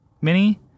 mini